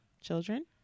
Children